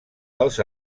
dels